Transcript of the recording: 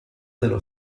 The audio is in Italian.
dello